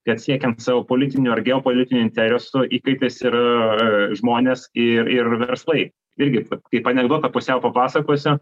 kad siekiant savo politinių ar geopolitinių interesų įkaitais ir žmonės ir ir verslai irgi kaip anekdotą pusiau papasakosiu